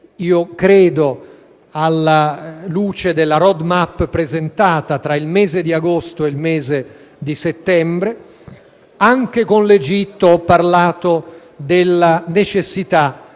credo, alla luce della *road* *map* presentata, tra il mese di agosto e il mese di settembre. Anche con le autorità dell'Egitto ho parlato della necessità